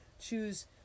choose